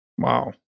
Wow